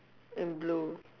in blue